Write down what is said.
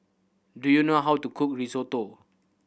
do you know how to cook Risotto